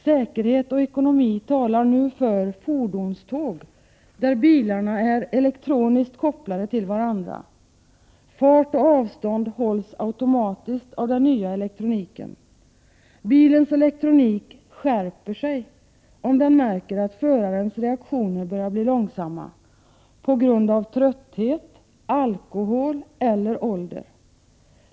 ——— Säkerhet och ekonomi talar nu för fordonståg där bilarna är elektroniskt kopplade till varandra. Fart och avstånd hålls automatiskt av den nya elektroniken. ——— Bilens elektronik ”skärper sig” om den märker att förarens reaktioner börjar bli långsamma på grund av trötthet, alkohol eller ålder.